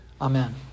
Amen